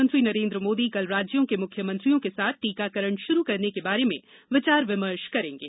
प्रधानमंत्री नरेन्द्र मोदी कल राज्यों के मुख्यमंत्रियों के साथ टीकाकरण शुरू करने के बारे में विचार विमर्श करेंगे